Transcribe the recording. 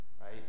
right